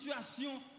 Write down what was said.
situation